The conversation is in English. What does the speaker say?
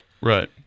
right